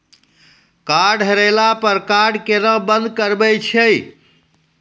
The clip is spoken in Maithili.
कार्ड हेरैला पर कार्ड केना बंद करबै छै?